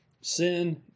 sin